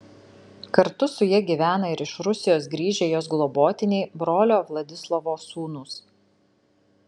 kartu su ja gyvena ir iš rusijos grįžę jos globotiniai brolio vladislovo sūnūs